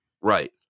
Right